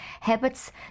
habits